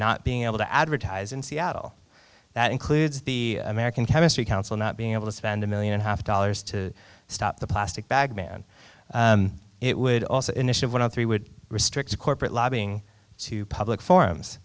not being able to advertise in seattle that includes the american chemistry council not being able to spend a million and a half dollars to stop the plastic bag man it would also initiative one three would restrict the corporate lobbying to public forums